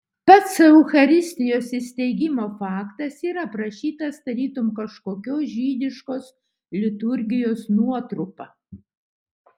pats eucharistijos įsteigimo faktas yra aprašytas tarytum kažkokios žydiškos liturgijos nuotrupa